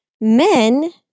men